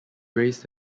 raised